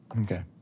Okay